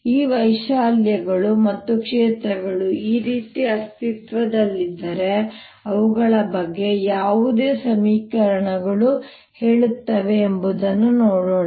ಈ ವೈಶಾಲ್ಯಗಳು ಮತ್ತು ಕ್ಷೇತ್ರಗಳು ಈ ರೀತಿ ಅಸ್ತಿತ್ವದಲ್ಲಿದ್ದರೆ ಅವುಗಳ ಬಗ್ಗೆ ಯಾವ ಸಮೀಕರಣಗಳು ಹೇಳುತ್ತವೆ ಎಂಬುದನ್ನು ನೋಡೋಣ